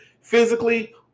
physically